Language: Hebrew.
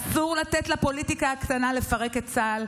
אסור לתת לפוליטיקה הקטנה לפרק את צה"ל.